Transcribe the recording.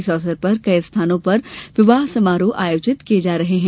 इस अवसर पर कई स्थानों पर विवाह समारोह आयोजित किये जा रहे हैं